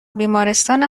بیمارستان